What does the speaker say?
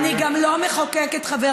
אני גם לא מחוקקת, תסכמי, בבקשה.